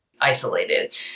isolated